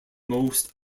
most